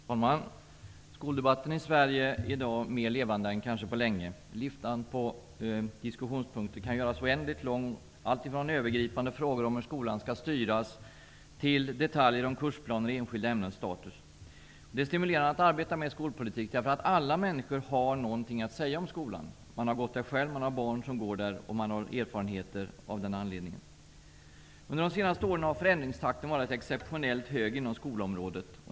Herr talman! Skoldebatten i Sverige är i dag mer levande än på länge. Listan på diskussionspunkter kan göras oändligt lång, alltifrån övergripande frågor om hur skolan skall styras till detaljer om kursplaner och enskilda ämnens status. Det är stimulerande att arbeta med skolpolitik, därför att alla människor har någonting att säga om skolan. Man har gått där själv, man har barn som går där och av den anledningen har man erfarenheter. Under de senaste åren har förändringstakten varit exceptionellt hög inom skolområdet.